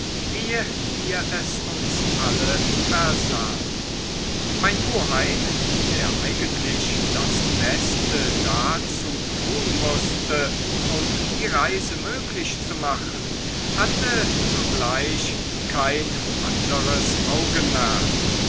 ehe wir es uns alle versahen mein oheim der eigentlich das beste dazu tun mußte um die reise möglich zu machen hatte sogleich kein anderes augenmerk